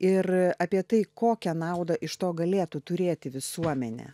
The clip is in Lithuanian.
ir apie tai kokią naudą iš to galėtų turėti visuomenė